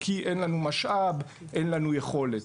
כי אין לנו משאב ואין לנו יכולת".